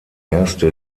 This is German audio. erste